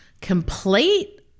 complete